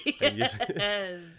Yes